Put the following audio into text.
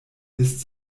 ist